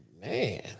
Man